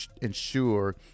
ensure